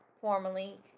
formally